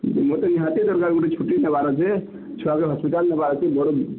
ମୋତେ ନିହାତି ଦରକାର୍ ଗୁଟେ ଛୁଟି ନେବାର୍ ଅଛେ ଛୁଆକୁ ହସ୍ପିଟାଲ୍ ନେବାର୍ ଅଛେ ବଡ଼